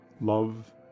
Love